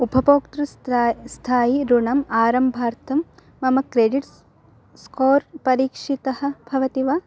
उपभोक्तुः स्थायी ऋणम् आरम्भार्थं मम क्रेडिट् स्कोर् परीक्षितः भवति वा